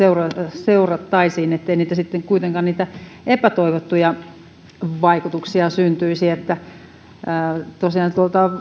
seurattaisiin ettei sitten kuitenkaan niitä epätoivottuja vaikutuksia syntyisi tosiaan